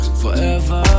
forever